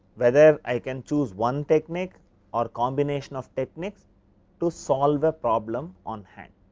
whether i can choose one technique or combination of technique to solve a problem on hand.